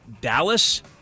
Dallas